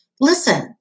listen